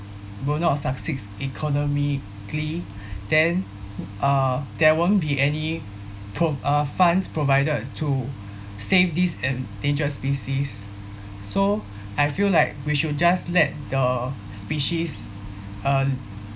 will not succeed economically then uh there won't be any p~ uh funds provided to save these endangered species so I feel like we should just let the species uh